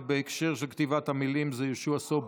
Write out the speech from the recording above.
ובהקשר של כתיבת המילים זה יהושע סובול.